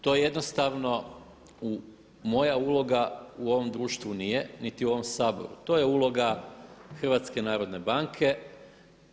To jednostavno moja uloga u ovom društvu nije niti u ovom Saboru, to je uloga HNB-a.